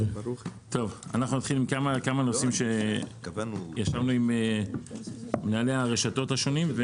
נתחיל עם כמה נושאים שישבנו עם מנהלי הרשתות השונים.